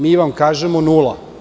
Mi vam kažemo nula.